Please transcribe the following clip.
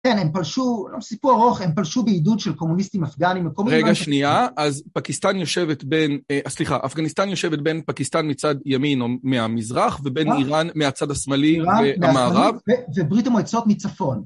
כן, הם פלשו, לא מ... סיפור ארוך. הם פלשו בעידוד של קומוניסטים אפגנים. -רגע שנייה, אז פקיסטן יושבת בין, סליחה, אפגניסטן יושבת בין פקיסטן מצד ימין, או מהמזרח, ובין איראן מהצד השמאלי, במערב -וברית המועצות מצפון.